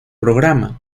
programa